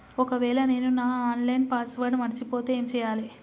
ఒకవేళ నేను నా ఆన్ లైన్ పాస్వర్డ్ మర్చిపోతే ఏం చేయాలే?